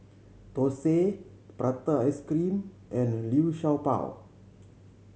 thosai prata ice cream and Liu Sha Bao